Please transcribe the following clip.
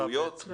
הבעלויות?